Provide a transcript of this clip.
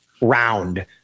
round